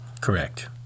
Correct